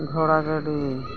ᱜᱷᱚᱲᱟ ᱜᱟᱹᱰᱤ